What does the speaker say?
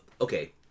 okay